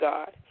God